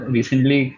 Recently